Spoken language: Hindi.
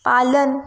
पालन